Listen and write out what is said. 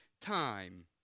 time